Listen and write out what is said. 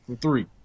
Three